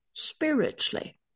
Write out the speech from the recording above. Spiritually